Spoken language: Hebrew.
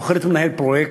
בוחרת מנהל פרויקט,